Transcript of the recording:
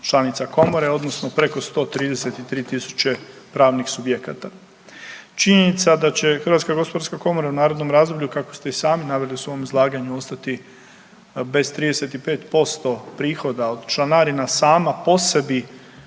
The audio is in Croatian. članica komore odnosno preko 133.000 pravnih subjekata. Činjenica da će HGK u narednom razdoblju kako ste i sami naveli u svom izlaganju ostati bez 35% prihoda od članarina sama po sebi